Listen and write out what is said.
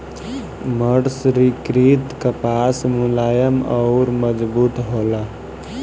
मर्सरीकृत कपास मुलायम अउर मजबूत होला